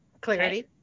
Clarity